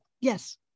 yes